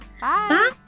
Bye